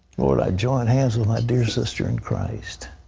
lord, i join hands with my dear sister in christ.